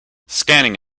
scanning